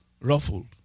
Ruffled